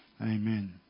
Amen